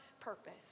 purpose